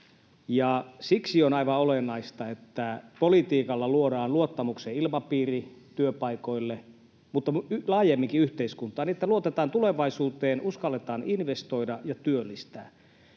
Siksi on aivan olennaista, että politiikalla luodaan luottamuksen ilmapiiri työpaikoille, mutta laajemminkin yhteiskuntaan, että luotetaan tulevaisuuteen, uskalletaan investoida ja työllistää.